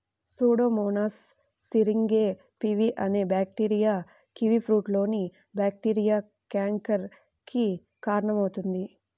Pseudomonas syringae pv అనే bacteria కివీఫ్రూట్లోని bacteria canker కి కారణమవుతుంది